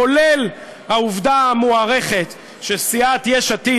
כולל העובדה המוערכת שסיעת יש עתיד,